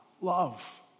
love